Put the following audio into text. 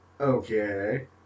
Okay